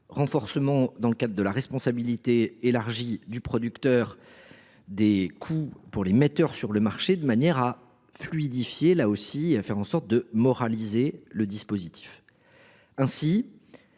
renforcement, dans le cadre de la responsabilité élargie du producteur, des coûts pour les metteurs sur le marché, de manière, là aussi, à fluidifier, mais aussi à moraliser le dispositif.